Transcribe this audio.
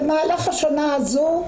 במהלך השנה הזו,